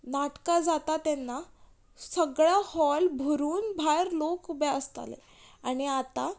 नाटकां जाता तेन्ना सगळो हॉल भरून भायर लोक उबे आसताले आनी आतां